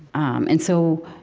um and so,